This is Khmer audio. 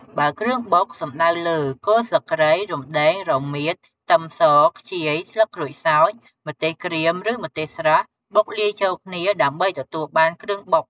បើគ្រឿងបុកសំដៅលើ គល់ស្លឹកគ្រៃ រំដេង រមៀត ខ្ទឹមស ខ្ជាយ ស្លឹកក្រូចសើច ម្ទេសក្រៀម ឬម្ទេសស្រស់ បុកលាយចូលគ្នាដើម្បីទទួលបានគ្រឿងបុក។